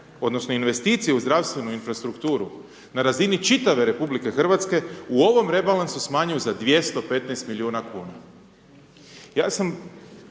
odnosno investicije u zdravstvenu infrastrukturu na razini čitave Republike Hrvatske u ovom rebalansu smanjuje za 215 milijuna kuna. Ja sam